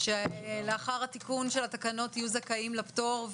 שלאחר התיקון של התקנות יהיו זכאים לפטור,